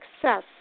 success